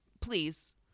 please